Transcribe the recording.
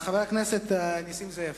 חבר הכנסת נסים זאב,